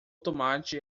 tomate